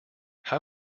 how